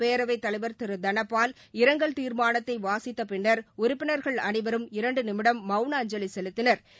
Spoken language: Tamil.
பேரவைத் தலைவா் திரு தனபால் இரங்கல் தீர்மானத்தை வாசித்த பின்னா் உறுப்பினா்கள் அனைவரும் இரண்டு நிமிடம் மவுன அஞ்சலி செலுத்தினா்